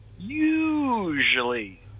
Usually